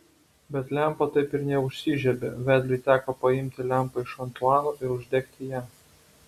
bet lempa taip ir neužsižiebė vedliui teko paimti lempą iš antuano ir uždegti ją